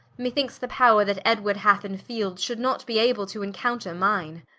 me thinkes, the power that edward hath in field, should not be able to encounter mine